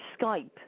Skype